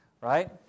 right